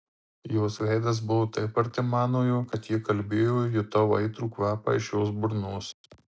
jos veidas buvo taip arti manojo kad kai ji kalbėjo jutau aitrų kvapą iš jos burnos